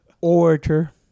orator